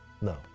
No